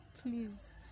please